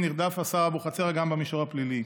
נרדף השר אבוחצירא גם במישור הפלילי.